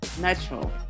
natural